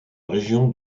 région